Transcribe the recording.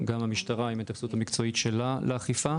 גם המשטרה עם ההתייחסות המקצועית שלה לאכיפה,